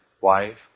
wife